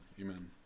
amen